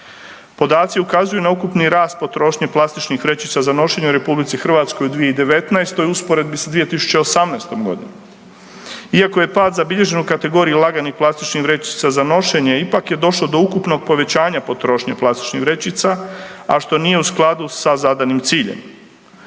Podaci ukazuju n ukupni rast potrošnje plastičnih vrećica za nošenje u RH u 2019.-toj u usporedbi s 2018.-tom godinom. Iako je pad zabilježen u kategoriji laganih plastičnih vrećica za nošenje ipak je došlo do ukupnog povećanja potrošnje plastičnih vrećica, a što nije u skladu sa zadanim ciljem.